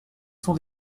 son